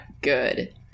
good